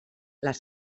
les